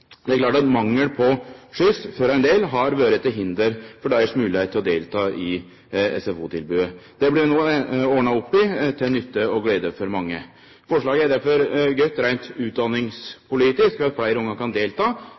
Det er klart at mangel på skyss for ein del har vore til hinder for å kunne delta i SFO-tilbodet. Det blir det no ordna opp i, til nytte og glede for mange. Forslaget er derfor godt reint utdanningspolitisk, ved at fleire ungar kan delta